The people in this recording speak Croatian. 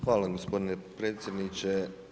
Hvala gospodine predsjedniče.